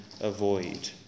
avoid